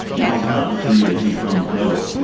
it is not the tree that becomes double,